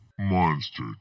Monster